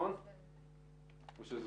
זה טופל?